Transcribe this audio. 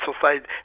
society